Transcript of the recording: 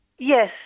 Yes